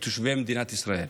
שהם תושבי מדינת ישראל.